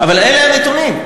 אבל אלו הם הנתונים.